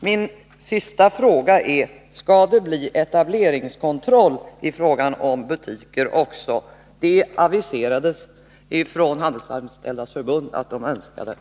Min sista fråga är: Skall det bli etableringskontroll i fråga om butiker också? Handelsanställdas förbund har aviserat en önskan om det.